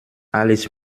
alles